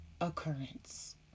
occurrence